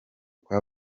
kwa